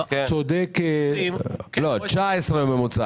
לפי 2019 או לפי ממוצע,